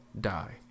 die